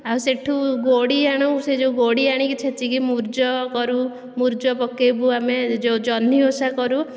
ସେଇଠୁ ଗୋଡ଼ି ଆଣୁ ସେଇ ଯେଉଁ ଗୋଡ଼ି ଆଣି ଛେଚି ମୁରୁଜ କରୁ ମୁରୁଜ ପକେଇବୁ ଆମେ ଜହ୍ନି ଓଷା କରୁ